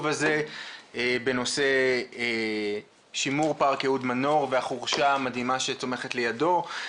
הזה בנושא שימור פארק אהוד מנור והחורשה המדהימה שצומחת לידו.